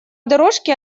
дорожке